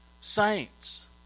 Saints